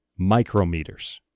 micrometers